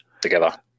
together